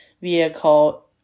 vehicle